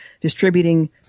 distributing